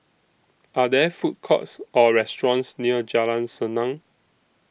Are There Food Courts Or restaurants near Jalan Senang